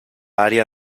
área